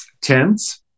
tense